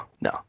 No